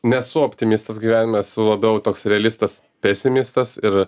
nesu optimistas gyvenime esu labiau toks realistas pesimistas ir